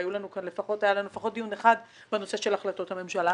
והיה לנו כאן לפחות דיון אחד בנושא של החלטות הממשלה,